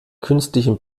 künstlichen